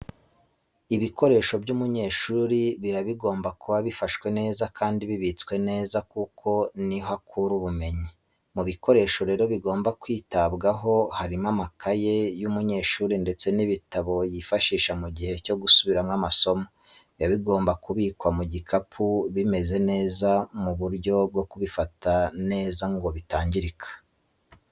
Ibikoresho by'umunyeshuri biba bigomba kuba bufashwe neza kandi bibitswe neza kuko niho akura ubumenyi. Mu bikoresho rero bigomba kwitabwaho harimo amakaye y'umunyeshuri ndetse n'ibitabo yifashisha mu gihe cyo gusubiramo amasomo, biba bigomba kubikwa mu gikapu kimeze neza mu buryo bwo kubifata neza ngo bitangirika.